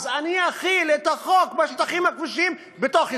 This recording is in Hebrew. אז אני אחיל את החוק של השטחים הכבושים בתוך ישראל.